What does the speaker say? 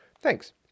thanks